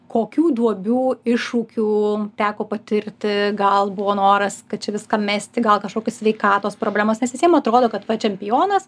kokių duobių iššūkių teko patirti gal buvo noras kad čia viską mesti gal kažkokios sveikatos problemos nes visiem atrodo kad va čempionas